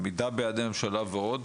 עמידה ביעדי הממשלה ועוד.